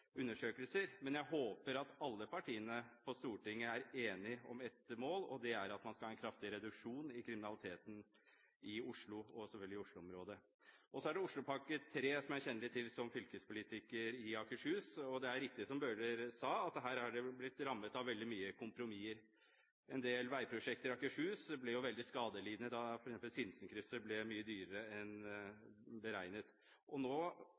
men jeg håper at alle partiene på Stortinget er enige om ett mål, og det er at en skal ha en kraftig reduksjon i kriminaliteten i Oslo – og i Oslo-området. Så er det Oslopakke 3, som jeg kjenner til som fylkespolitiker i Akershus. Det er riktig, som Bøhler sa, at her har de blitt rammet av veldig mange kompromisser. En del veiprosjekter i Akershus ble veldig skadelidende da Sinsenkrysset ble mye dyrere enn beregnet. Nå sprekker denne pakken kraftig, og